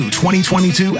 2022